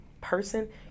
person